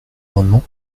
amendement